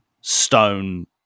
stone